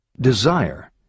Desire